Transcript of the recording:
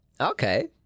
Okay